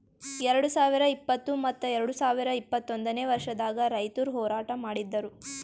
ಎರಡು ಸಾವಿರ ಇಪ್ಪತ್ತು ಮತ್ತ ಎರಡು ಸಾವಿರ ಇಪ್ಪತ್ತೊಂದನೇ ವರ್ಷದಾಗ್ ರೈತುರ್ ಹೋರಾಟ ಮಾಡಿದ್ದರು